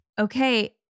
okay